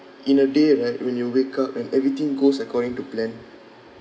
in a day right when you wake up and everything goes according to plan